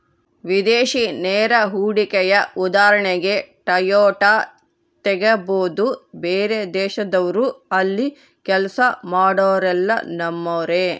ವಿದೇಶಿ ನೇರ ಹೂಡಿಕೆಯ ಉದಾಹರಣೆಗೆ ಟೊಯೋಟಾ ತೆಗಬೊದು, ಬೇರೆದೇಶದವ್ರು ಅಲ್ಲಿ ಕೆಲ್ಸ ಮಾಡೊರೆಲ್ಲ ನಮ್ಮರೇ